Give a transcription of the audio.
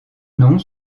noms